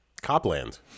Copland